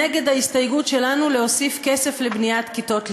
נגד ההסתייגות שלנו להוסיף לבניית כיתות,